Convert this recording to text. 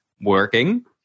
working